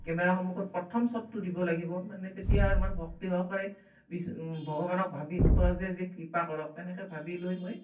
camera সন্মুখত প্ৰথম শ্বটটো দিব লাগিব মানে তেতিয়া আমাৰ ভক্তি সহকাৰে বিচ ভগৱানক ভাবি নটৰাজে যে কৃপা কৰক তেনেকৈ ভাবি লৈ মই